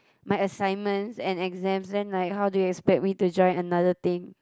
my assignments and exams then like how do you expect me to join another thing